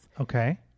Okay